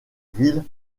ville